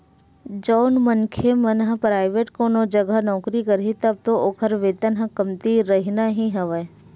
जउन मनखे मन ह पराइवेंट कोनो जघा नौकरी करही तब तो ओखर वेतन ह कमती रहिना ही हवय